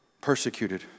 Persecuted